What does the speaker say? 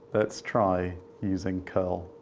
let's try using curl.